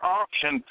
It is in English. option